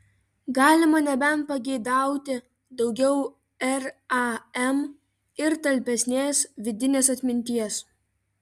galima nebent pageidauti daugiau ram ir talpesnės vidinės atminties